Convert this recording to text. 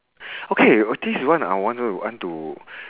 okay this one I want to I want to